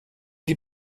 die